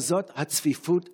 וזאת הצפיפות הגוברת.